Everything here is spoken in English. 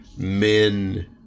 men